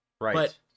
Right